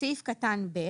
בסעיף קטן (ב)